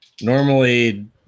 Normally